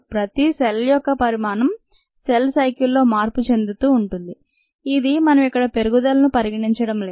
ప్రతి సెల్ యొక్క పరిమాణం సెల్ సైకిల్ లో మార్పు చెందుతూ ఉంటుంది ఇది మనం ఇక్కడ పెరుగుదలను పరిగణించడం లేదు